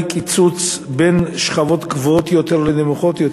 קיצוץ בין בשכבות גבוהות יותר ובין בנמוכות יותר,